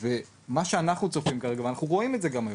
ומה שאנחנו צופים כרגע ואנחנו רואים את זה גם,